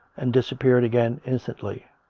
and disappeared again instantly.